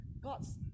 God's